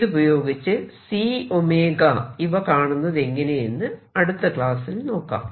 ഇതുപയോഗിച്ച് C 𝜔 ഇവ കാണുന്നതെങ്ങനെയെന്ന് അടുത്ത ക്ലാസ്സിൽ നോക്കാം